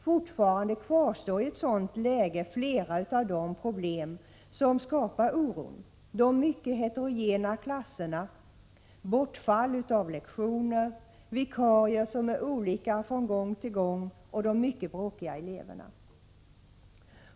Fortfarande kvarstår i ett sådant läge flera av de problem som skapar oron — de mycket heterogena klasserna, bortfall av lektioner, olika vikarier från gång till gång och de mycket bråkiga eleverna.